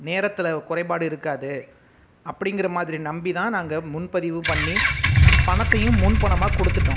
நேரத்தில் குறைபாடு இருக்காது அப்படிங்கிற மாதிரி நம்பி தான் நாங்கள் முன்பதிவு பண்ணி பணத்தையும் முன்பணமாக கொடுத்துட்டோம்